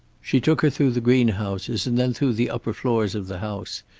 she took her through the greenhouses, and then through the upper floors of the house.